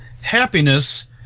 happiness